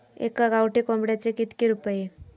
एका गावठी कोंबड्याचे कितके रुपये?